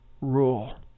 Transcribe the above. rule